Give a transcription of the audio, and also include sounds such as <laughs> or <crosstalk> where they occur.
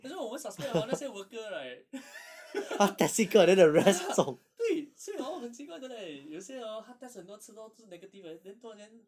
可是我们 suspect hor 那些 worker right <laughs> <breath> ya 对所以 hor 很奇怪的 leh 有些 hor 他 test 很多次都是 negative 的 leh then 突然间